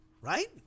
right